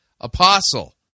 Apostle